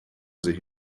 sich